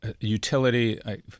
utility